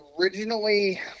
originally